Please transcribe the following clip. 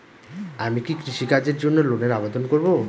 আমি কি কৃষিকাজের জন্য লোনের আবেদন করব?